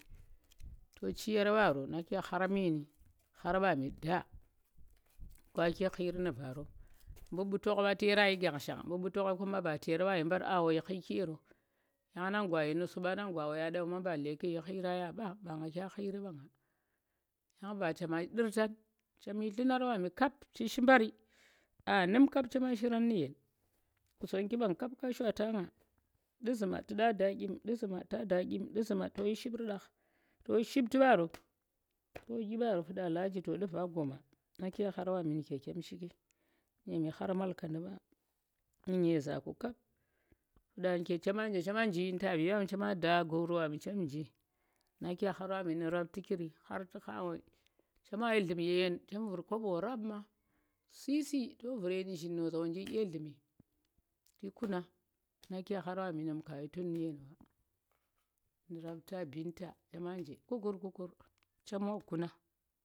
To chi yaar mbaro na ke khar meeni, khar mbami ndaa, to kayi ki khiri nu̱ varo mu mbu̱ tongh ba tu̱ yaarang yi ngengsaheng mu̱ mbu̱ tongh kuma ba tu̱ yaar wayshi mbari a woi khiki yero yang nang gwa ye nusu 1a nang gwa wonyang nɗau mba belle ku̱ yi khirang ya ba nga kya khiri 1a nga yang ba chema nɗu̱rtang chem yi nllu̱nar wami kap tu̱ shi mbari aa nu̱m kap chema shirang nu̱ yen Qusonggi bang kap ka shwata nga nɗu̱ zhum tu̱ ɗa daa ɗyim, nɗu zhu̱ma ta daa ɗyin nɗu zhu̱ma to shiip runɗang, to yo shiiptu̱ baro to yi ɗyi baro funɗa laaji to ndu̱ va goma na ke khar wami nu̱ke chem shiki, nu̱m yi khar malkanndi 1a nu̱ nyezha ku kap funɗa nu̱ ke chema nje chema nji yin ta1e wami chema daa goro mbami chema nji nake khar wami nu̱ raptikiri ghar tu̱ khaa woi chema yi nllu̱m ye yen chem vu̱r kobo rap ma sisi to vu̱r ye nu̱zhin no za wonji ɗye nllu̱mi tu̱ kuna nake khar wami nu̱m ka yi tu̱n ye yen wa, rapta Binta chema nje kukor, kukor chem wa kuna